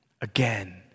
again